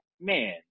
man